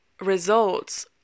results